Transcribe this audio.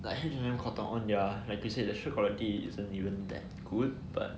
like H&M Cotton On like you said the shirt quality isn't even that good but